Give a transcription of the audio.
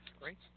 great